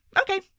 Okay